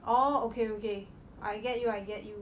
orh okay okay I get you I get you